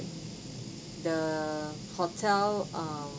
the hotel err